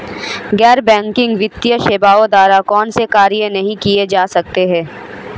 गैर बैंकिंग वित्तीय सेवाओं द्वारा कौनसे कार्य नहीं किए जा सकते हैं?